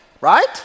Right